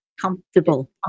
comfortable